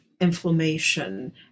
inflammation